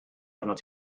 arnat